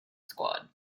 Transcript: squad